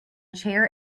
chair